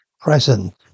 present